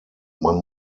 man